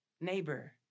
neighbor